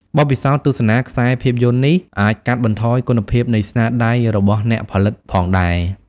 បទពិសោធន៍ទស្សនាខ្សែភាពយន្តនេះអាចកាត់បន្ថយគុណភាពនៃស្នាដៃរបស់អ្នកផលិតផងដែរ។